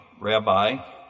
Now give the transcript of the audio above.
Rabbi